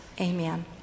amen